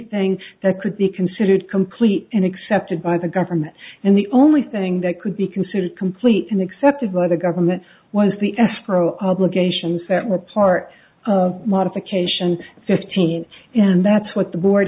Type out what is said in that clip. thing that could be considered complete and accepted by the government and the only thing that could be considered complete and accepted by the government was the escrow obligations that were part of modification fifteen and that's what the board